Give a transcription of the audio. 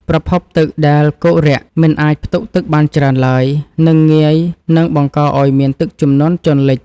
ប្រភពទឹកដែលគោករាក់មិនអាចផ្ទុកទឹកបានច្រើនឡើយនិងងាយនឹងបង្កឱ្យមានទឹកជំនន់ជន់លិច។ប្រភពទឹកដែលគោករាក់មិនអាចផ្ទុកទឹកបានច្រើនឡើយនិងងាយនឹងបង្កឱ្យមានទឹកជំនន់ជន់លិច។